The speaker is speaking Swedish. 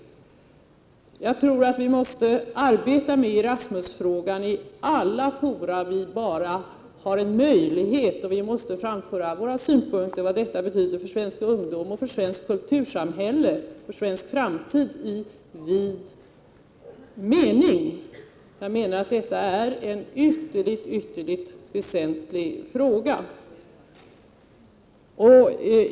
Jag tror att vi måste arbeta med Erasmus-frågan i alla fora där det är möjligt, och vi måste framföra våra synpunkter på vad det betyder för svenska ungdomar, för svenskt kultursamhälle och för svensk framtid i vid mening. Jag menar att detta är en ytterligt väsentlig fråga.